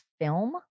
film